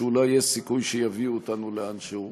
שאולי יש סיכוי שיביאו אותנו לאנשהו,